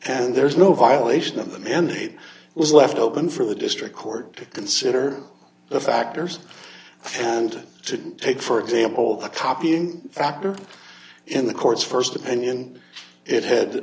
and there is no violation of the mandate was left open for the district court to consider the factors and to take for example the copying factor in the court's st opinion it had